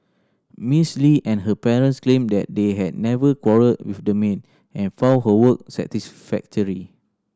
Miss Li and her parents claimed that they had never quarrelled with the maid and found her work satisfactory